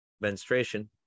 menstruation